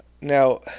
Now